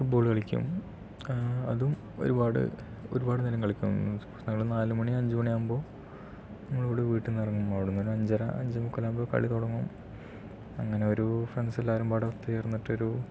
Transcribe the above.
ഫുട് ball കളിക്കും അതും ഒരുപാട് ഒരുപാട് നേരം കളിക്കും നമ്മൾ നാലുമണി അഞ്ച് മണിയാകുമ്പോൾ അവിടെ വീട്ടിൽ നിന്ന് ഇറങ്ങും അവിടെ ഒരു അഞ്ചര അഞ്ചേ മുക്കാലാകുമ്പോൾ കളി തുടങ്ങും അങ്ങനെ ഒരു ഫ്രണ്ട്സ് എല്ലാവരും കൂടി തീർന്നിട്ട് ഒരു